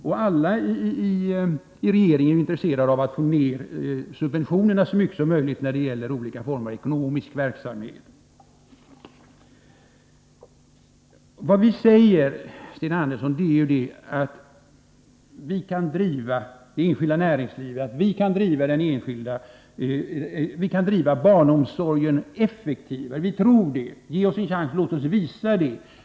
Och alla i regeringen är intresserade av att minska subventionerna så mycket som möjligt när det gäller olika former av ekonomisk verksamhet. Vad vi säger, Sten Andersson, är att vi tror att det enskilda näringslivet kan driva barnomsorgen effektivare. Ge oss en chans och låt oss visa det!